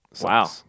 Wow